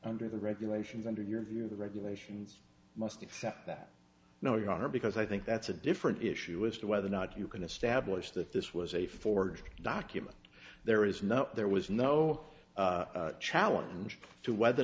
under the regulations under your view the regulations must accept that no you are because i think that's a different issue as to whether or not you can establish that this was a forged document there is no there was no challenge to whether or